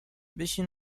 بشین